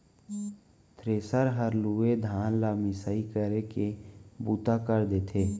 thresher हर लूए धान ल मिसाई करे के बूता कर देथे